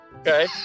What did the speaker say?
okay